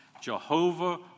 Jehovah